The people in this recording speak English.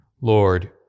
lord